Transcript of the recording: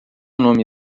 nome